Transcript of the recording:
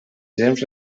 temps